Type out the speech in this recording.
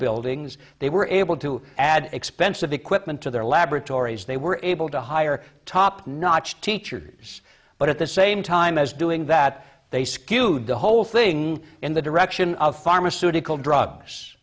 buildings they were able to add expensive equipment to their laboratories they were able to hire top notch teachers but at the same time as doing that they skewed the whole thing in the direction of pharmaceutical drugs